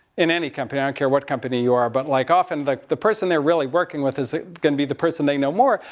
in any company, i don't care what company you are. but like often the, the person they're really working with is, is going to be the person they know more.